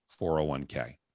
401k